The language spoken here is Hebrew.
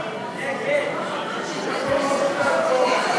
מסדר-היום את הצעת חוק החזר הוצאות כספיות